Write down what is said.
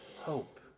hope